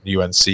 UNC